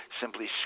Simply